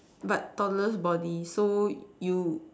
but tallest body so you